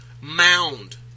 mound